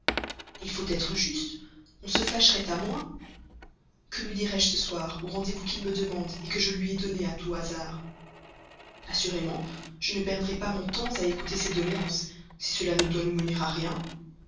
il faut être juste on se fâcherait à moins que lui dirai-je ce soir au rendez-vous qu'il me demande que je lui ai donné à tout hasard assurément je ne perdrai pas mon temps à écouter ses doléances si cela ne doit nous servir à rien